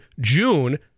june